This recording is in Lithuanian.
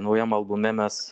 naujam albume mes